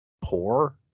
poor